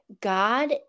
god